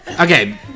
Okay